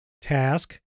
task